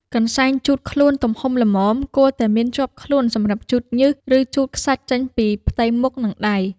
កន្សែងជូតខ្លួនទំហំល្មម គួរតែមានជាប់ខ្លួនសម្រាប់ជូតញើស ឬជូតខ្សាច់ចេញពីផ្ទៃមុខ និងដៃ។